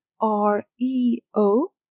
R-E-O